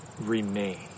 remain